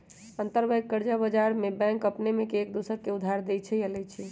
अंतरबैंक कर्जा बजार में बैंक अपने में एक दोसर के उधार देँइ छइ आऽ लेइ छइ